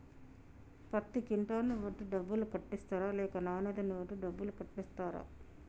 పత్తి క్వింటాల్ ను బట్టి డబ్బులు కట్టిస్తరా లేక నాణ్యతను బట్టి డబ్బులు కట్టిస్తారా?